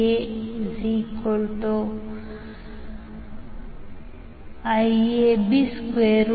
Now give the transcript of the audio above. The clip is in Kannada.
5 j0